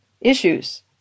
issues